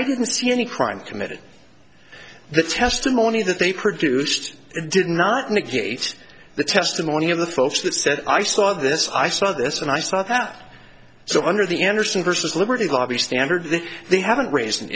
i didn't see any crime committed the testimony that they produced did not negate the testimony of the folks that said i saw this i saw this and i saw that so under the enderson versus liberty lobby standard that they haven't raised an